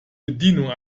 bedienung